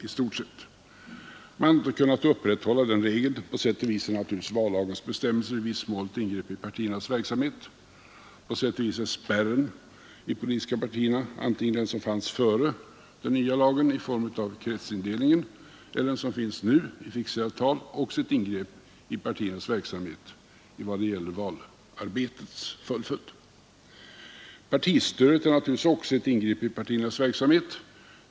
Man har emellertid icke kunnat upprätthålla den regeln. På sätt och vis är naturligtvis vallagens bestämmelser i viss mån ett ingrepp i partiernas verksamhet. På sätt och vis är spärren för de politiska partierna, både den som fanns före den nya lagens ikraftträdande i form av kretsindelningen och den som finns nu i form av ett fixerat tal, också ett ingrepp i partiernas verksamhet i vad det gäller valarbetets fullföljd. Partistödet är naturligtvis också ett ingrepp i partiernas verksamhet.